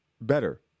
better